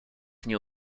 nie